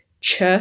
CH